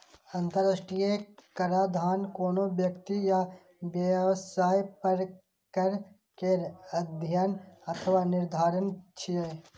अंतरराष्ट्रीय कराधान कोनो व्यक्ति या व्यवसाय पर कर केर अध्ययन अथवा निर्धारण छियै